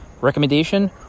Recommendation